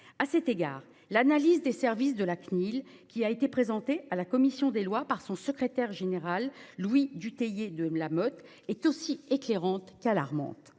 À cet égard, l'analyse des services de la Cnil, qui a été présentée à la commission des lois par son secrétaire général, Louis Dutheillet de Lamothe, est aussi éclairante qu'alarmante.